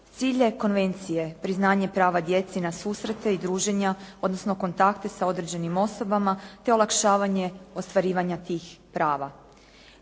Cilj je konvencije priznanje prava djeci na susrete i druženja, odnosno kontakte sa određenim osobama te olakšavanje ostvarivanja tih prava.